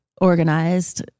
organized